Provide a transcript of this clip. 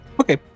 Okay